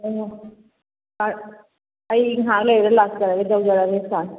ꯑꯣ ꯁꯥꯔ ꯑꯩ ꯉꯍꯥꯛ ꯂꯩꯔꯒ ꯂꯥꯛꯆꯅꯕ ꯇꯧꯖꯔꯒꯦ ꯁꯥꯔ